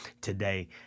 today